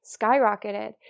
skyrocketed